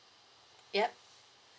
yup